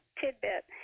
tidbit